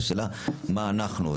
השאלה היא מה אנחנו,